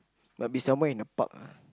might be somewhere in the park ah